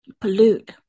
pollute